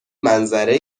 منظره